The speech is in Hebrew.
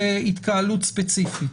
בהתקהלות ספציפית,